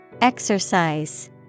Exercise